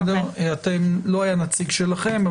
לא היה נציג שלכם,